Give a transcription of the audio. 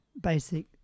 Basic